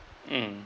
mm